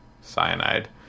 cyanide